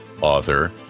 author